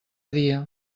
dia